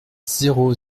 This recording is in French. zéro